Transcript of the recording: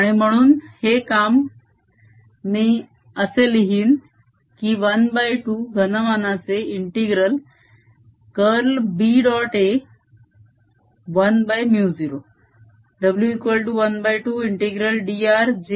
आणि म्हणून हे काम मी असे लिहीन की ½ घनमानाचे∫कर्ल B